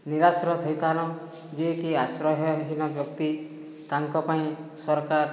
ନିରାଶ୍ରୟ ଥଇଥାନ ଯିଏକି ଆଶ୍ରୟହୀନ ନ ବ୍ୟକ୍ତି ତାଙ୍କ ପାଇଁ ସରକାର